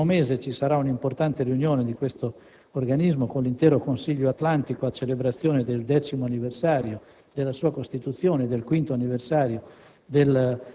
Nel prossimo mese ci sarà un importante riunione di questo organismo con l'intero Consiglio Atlantico (a celebrazione del X anniversario della sua costituzione e del quinto anniversario